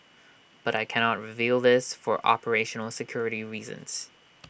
but I cannot reveal this for operational security reasons